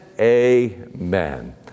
amen